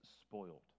spoiled